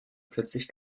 plötzlich